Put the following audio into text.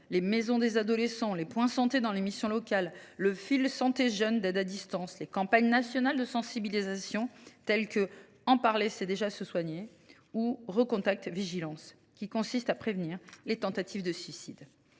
aux maisons des adolescents, aux points santé dans les missions locales, au Fil Santé Jeunes d’aide à distance, aux campagnes nationales de sensibilisation, telles que « En parler, c’est déjà se soigner », ou au dispositif de recontact VigilanS, qui vise à prévenir les tentatives de suicide.